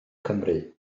cymru